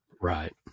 Right